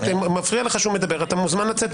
מפריע לך שהוא מדבר, אתה מוזמן לצאת.